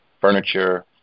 furniture